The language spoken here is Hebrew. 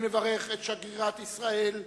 אני מברך את שגרירת ישראל בהונגריה,